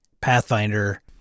pathfinder